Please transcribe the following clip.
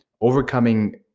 overcoming